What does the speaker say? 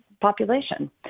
population